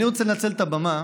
אני רוצה לנצל את הבמה